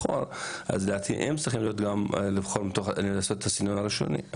אז לדעתי הם צריכים לעשות את הסינון הראשוני.